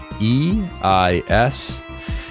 E-I-S